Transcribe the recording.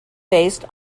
based